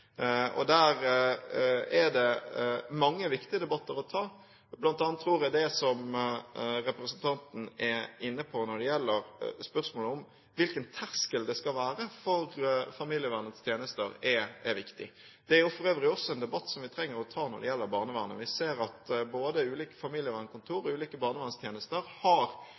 Og der er det mange viktige debatter å ta, og jeg tror bl.a. det som representanten er inne på når det gjelder spørsmålet om hvilken terskel det skal være for familievernets tjenester, er viktig. Dette er for øvrig også en debatt som vi trenger å ta når det gjelder barnevernet. Vi ser at både ulike familievernkontor og ulike barnevernstjenester har